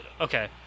Okay